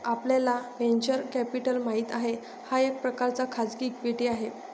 आपल्याला venture capital माहित आहे, हा एक प्रकारचा खाजगी इक्विटी आहे